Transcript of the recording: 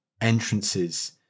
entrances